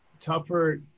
tougher